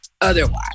otherwise